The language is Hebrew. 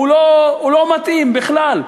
לא מתאים בכלל.